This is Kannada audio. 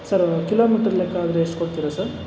ಸರ್ ಕಿಲೋಮೀಟ್ರ್ ಲೆಕ್ಕ ಅಂದರೆ ಎಷ್ಟು ಕೊಡ್ತೀರಾ ಸರ್